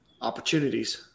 opportunities